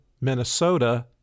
Minnesota